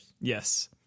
Yes